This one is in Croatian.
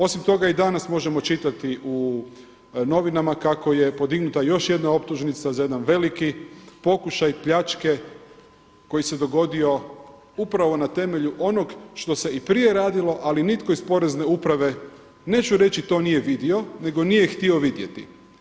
Osim toga i danas možemo čitati u novinama kako je podignuta još jedna optužnica za jedan veliki pokušaj pljačke koji se dogodio upravo na temelju onog što se i prije radilo, ali nitko iz porezne uprave neću reći to nije vidio nego nije htio vidjeti.